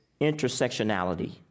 intersectionality